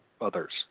others